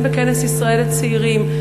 הן בכנס ישראל לצעירים,